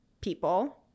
people